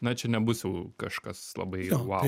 na čia nebus jau kažkas labai vau